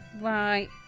Right